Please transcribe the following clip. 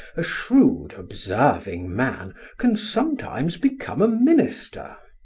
a shrewd, observing man can sometimes become a minister.